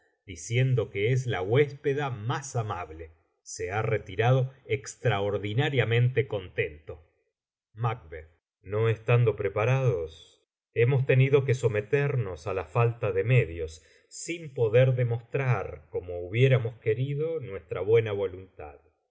diciendo que es la huéspeda más amable se ha retirado extraordinariamente contento acto segundo escena i macb no estando preparados hemos tenido que someternos á la falta de medios sin poder demostrar como hubiéramos querido nuestra buena voluntad